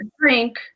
drink